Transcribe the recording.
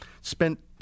spent